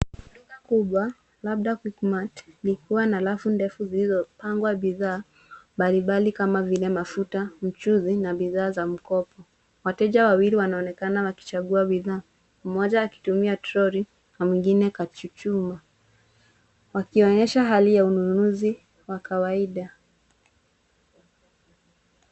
Duka kubwa labda quickmart likiwa na rafu ndefu zilizopangwa bidhaa mbalimbali kama vile mafuta, mchuzi na bidhaa za mkopo. Wateja wawili wanaonekana wakichagua bidhaa, mmoja akitumia troli na mwingine kachuchuma wakionyesha hali ya ununuzi wa kawaida.